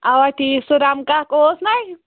اَوا تی سُہ رَمہٕ کاک اوس نَے